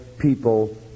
people